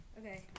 Okay